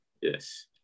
yes